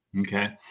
Okay